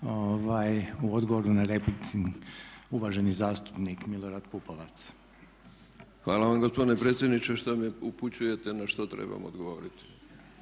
u odgovoru na replici uvaženi zastupnik Milorad Pupovac. **Pupovac, Milorad (SDSS)** Hvala vam gospodine predsjedniče što me upućujete na što trebam odgovoriti.